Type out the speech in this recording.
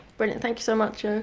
brilliant thank you so much. ah